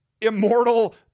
immortal